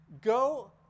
go